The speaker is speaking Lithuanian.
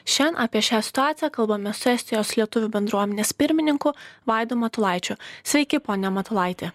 šian apie šią situaciją kalbamės su estijos lietuvių bendruomenės pirmininku vaidu matulaičiu sveiki pone matulaiti